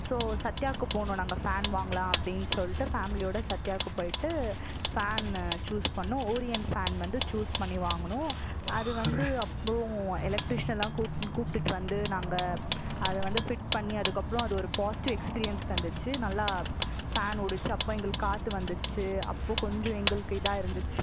so சத்தியாக்கு போனோம் நாங்கள் ஃபேன் வாங்கலாம் அப்படின்னு சொல்லிட்டு ஃபேமிலியோட சத்தியாக்கு போயிட்டு ஃபேனு சூஸ் பண்ணிணோம் ஓரியன்ட் ஃபேன் வந்து சூஸ் பண்ணி வாங்குனோம் அது வந்து அப்புறோம் எலெக்ட்ரிஷயன்லாம் கூட் கூப்பிட்டுட்டு வந்து நாங்கள் அதை வந்து ஃபிட் பண்ணி அதுக்கப்புறோம் அது ஒரு பாசிட்டிவ் எக்ஸ்பீரியன்ஸ் தந்துச்சு நல்லா ஃபேன் ஓடுச்சு அப்போ எங்களுக்கு காற்று வந்துச்சு அப்போது கொஞ்சம் எங்களுக்கு இதாக இருந்துச்சு